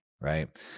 right